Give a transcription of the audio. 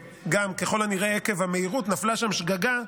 וככל הנראה עקב המהירות נפלה שם שגגה,